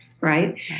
Right